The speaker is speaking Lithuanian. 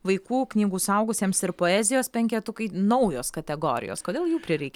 vaikų knygų suaugusiems ir poezijos penketukai naujos kategorijos kodėl jų prireikė